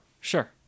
sure